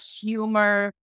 humor